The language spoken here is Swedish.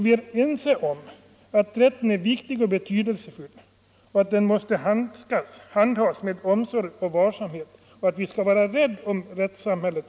Vi är ense om att rätten är viktig Måndagen den och betydelsefull, att den måste handhas med omsorg och varsamhet 9'december 1974 och att vi skall vara rädda om rättssamhället.